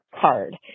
card